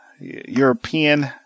European